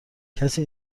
کسی